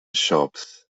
shops